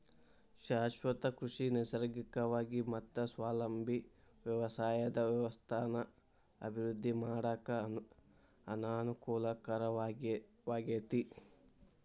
ಶಾಶ್ವತ ಕೃಷಿ ನೈಸರ್ಗಿಕವಾಗಿ ಮತ್ತ ಸ್ವಾವಲಂಬಿ ವ್ಯವಸಾಯದ ವ್ಯವಸ್ಥೆನ ಅಭಿವೃದ್ಧಿ ಮಾಡಾಕ ಅನಕೂಲಕರವಾಗೇತಿ